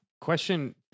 Question